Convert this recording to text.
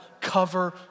cover